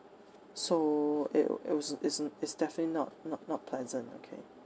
so it wa~ it was a it's an it's definitely not not not pleasant okay